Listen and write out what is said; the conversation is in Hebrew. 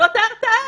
זאת ההרתעה?